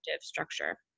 structure